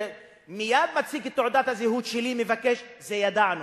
מייד אני מציג את תעודת הזהות שלי, את זה ידענו.